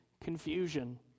confusion